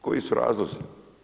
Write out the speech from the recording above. Koji su razlozi?